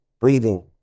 breathing